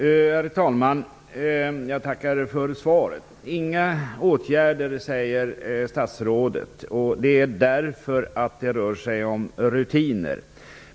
Herr talman! Jag tackar statsrådet för svaret. Det blir inga åtgärder, säger statsrådet. Anledningen är att det rör sig om rutiner.